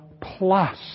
plus